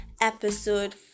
episode